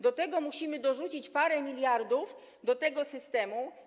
Do tego musimy dorzucić parę miliardów do tego systemu.